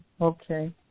Okay